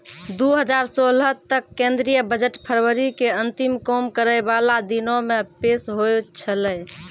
दु हजार सोलह तक केंद्रीय बजट फरवरी के अंतिम काम करै बाला दिनो मे पेश होय छलै